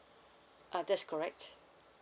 uh that's correct